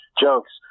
jokes